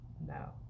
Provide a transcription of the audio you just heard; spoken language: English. No